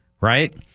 right